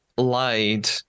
Lied